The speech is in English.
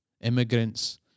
immigrants